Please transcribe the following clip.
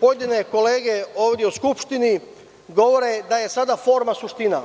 pojedine kolege ovde u Skupštini govore da je forma suština.